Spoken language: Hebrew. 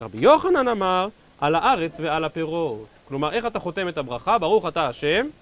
רבי יוחנן אמר על הארץ ועל הפירות, כלומר איך אתה חותם את הברכה ברוך אתה השם...